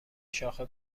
شاخه